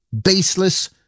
baseless